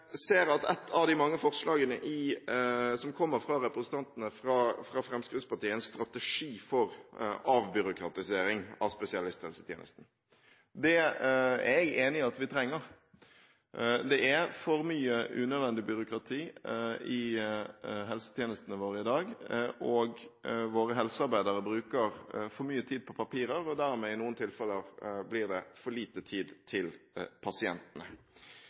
ser at ett av de mange forslagene som kommer fra representantene fra Fremskrittspartiet, er en strategi for avbyråkratisering av spesialisthelsetjenesten. Det er jeg enig i at vi trenger. Det er for mye unødvendig byråkrati i helsetjenestene våre i dag, og våre helsearbeidere bruker for mye tid på papirer, og dermed blir det i noen tilfeller for lite tid til pasientene.